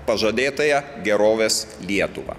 pažadėtąją gerovės lietuvą